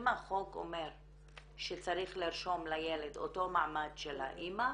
אם החוק אומר שצריך לרשום לילד אותו מעמד של האמא,